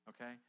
Okay